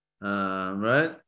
Right